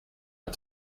are